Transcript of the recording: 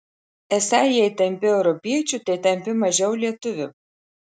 esą jei tampi europiečiu tai tampi mažiau lietuviu